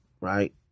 right